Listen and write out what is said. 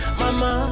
mama